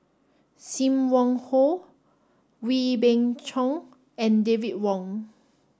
Sim Wong Hoo Wee Beng Chong and David Wong